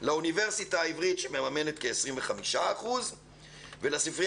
לבין האוניברסיטה העברית שמממנת כ-25% ולספרייה